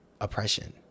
oppression